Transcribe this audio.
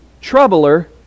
troubler